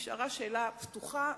נשארה שאלה פתוחה.